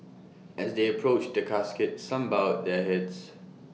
as they approached the casket some bowed their heads